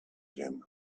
him